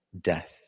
death